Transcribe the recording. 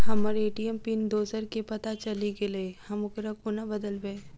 हम्मर ATM pin दोसर केँ पत्ता चलि गेलै, हम ओकरा कोना बदलबै?